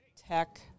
tech